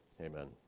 amen